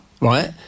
right